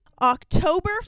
october